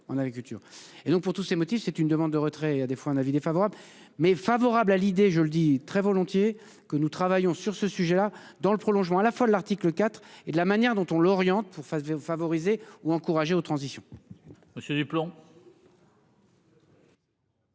et donc pour tous ces motifs, c'est une demande de retrait des fois un avis défavorable mais favorable à l'idée, je le dis très volontiers que nous travaillons sur ce sujet-là dans le prolongement à la fois l'article IV et de la manière dont on l'oriente pour face favoriser ou encourager au transition.